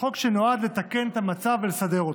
חוק שנועד לתקן את המצב ולסדר אותו.